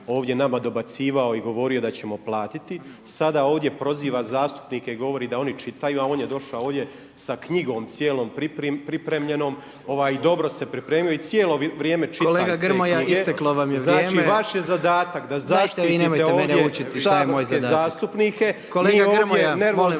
ovdje nama dobacivao i govorio da ćemo platiti, sada ovdje proziva zastupnike, govori da oni čitaju a on je došao sa knjigom cijelom pripremljenom i dobro se pripremio i cijelo vrijeme čita iz te knjige. …/Upadica predsjednik: Kolega Grmoja, isteklo vam je vrijeme./… Znači vaš je zadatak da zaštitite ovdje … …/Upadica predsjednik: Dajte nemojte vi